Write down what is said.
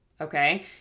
Okay